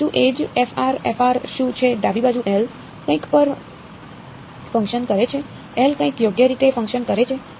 શું એ જ f શું છે ડાબી બાજુ L કંઈક પર ફંકશન કરે છે L કંઈક યોગ્ય રીતે ફંકશન કરે છે